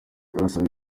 turasaba